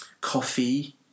coffee